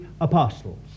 apostles